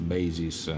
Basis